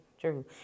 true